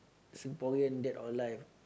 Singaporean dead or alive